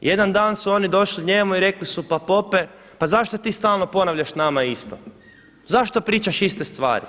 Jedan dan su oni došli njemu i rekli su: Pa pope, pa zašto ti stalno ponavljaš nama isto, zašto pričaš iste stvari?